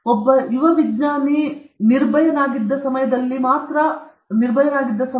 ಒಬ್ಬ ಯುವ ವಿಜ್ಞಾನಿ ಫಿಯರ್ಲೆಸ್ ಆಗಿದ್ದಾಗ ಆ ಸಮಯದಲ್ಲಿ ನಾವು ಅವನನ್ನು ಅಥವಾ ಅವಳನ್ನು ಪ್ರೋತ್ಸಾಹಿಸಬೇಕು